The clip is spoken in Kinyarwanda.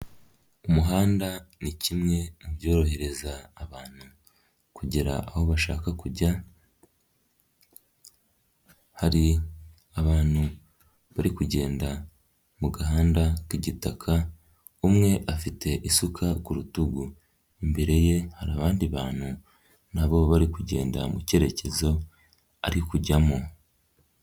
Umuhanda ni kimwe mu byorohereza abantu kugera aho bashaka kujya, hari abantu bari kugenda mu gahanda k'igitaka, umwe afite isuka ku rutugu, imbere ye hari abandi bantu na bo bari kugenda mu cyerekezo ari kujyamo.